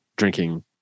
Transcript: drinking